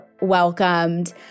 welcomed